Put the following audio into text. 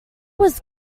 was